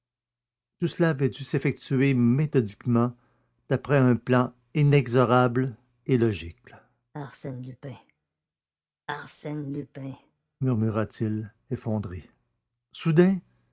tout cela avait dû s'effectuer méthodiquement d'après un plan inexorable et logique arsène lupin arsène lupin murmura-t-il effondré soudain